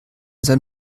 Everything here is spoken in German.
sein